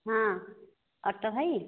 ହଁ ଅଟୋ ଭାଇ